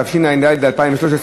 התשע"ד 2013,